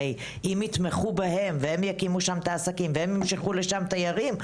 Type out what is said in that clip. אם יתמכו בהם הם יקימו שם את העסקים וימשכו לשם תיירים.